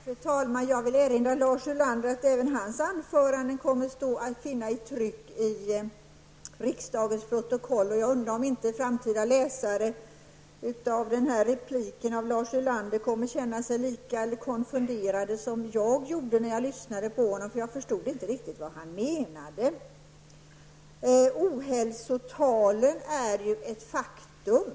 Fru talman! Jag vill erinra Lars Ulander om att även hans anförande kommer att finnas i tryck i riksdagens protokoll. Och jag undrar om inte framtida läsare av Lars Ulanders replik kommer att känna sig lika konfunderade som jag gjorde när jag lyssnade på honom. Jag förstod nämligen inte riktigt vad han menade. Ohälsotalen är ju ett faktum.